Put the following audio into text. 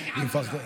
מה זה הערת?